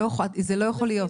זה לא יכול להיות.